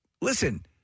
listen